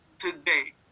today